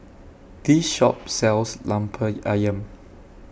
This Shop sells Lemper Ayam